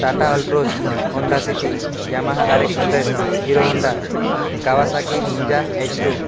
Tata Altroz Honda city Yamaha RX hundred Hero Honda Kawasaki ninja H two